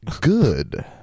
good